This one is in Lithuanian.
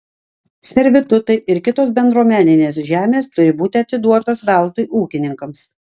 servitutai ir kitos bendruomeninės žemės turi būti atiduotos veltui ūkininkams